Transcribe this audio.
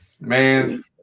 Man